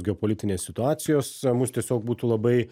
geopolitinės situacijos mus tiesiog būtų labai